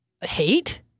hate